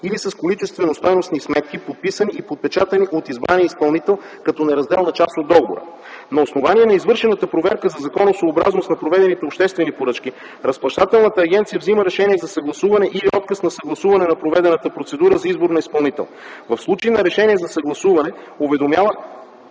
или с количествено-стойностни сметки, подписани и подпечатани от избрания изпълнител като неразделна част от договора. На основание на извършената проверка за законосъобразност на проведените обществени поръчки Разплащателната агенция взема решение за съгласуване или отказ за съгласуване на проведената процедура за избор на изпълнител. В случай на решение за съгласуване уведомява